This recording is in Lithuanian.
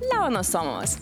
leonas somovas